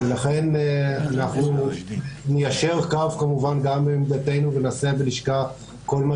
לכן אנחנו ניישר קו כמובן גם בעמדתנו ונעשה בלשכה כל מה